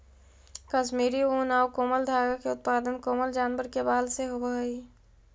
कश्मीरी ऊन आउ कोमल धागा के उत्पादन कोमल जानवर के बाल से होवऽ हइ